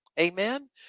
Amen